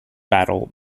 battle